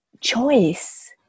choice